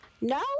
No